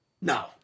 No